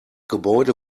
gebäude